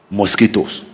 mosquitoes